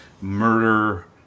murder